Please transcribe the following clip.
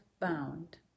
bound